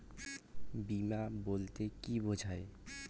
বিমা বলতে কি বোঝায়?